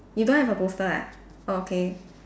you don't have a poster ah oh okay